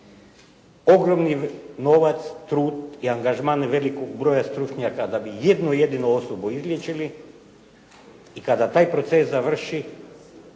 Ogromni novac, trud i angažman velikog broja stručnjaka da bi jednu jedinu osobu izliječili i kada taj proces završi